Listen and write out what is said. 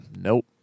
nope